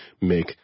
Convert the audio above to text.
make